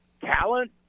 talent